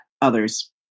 others